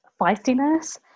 feistiness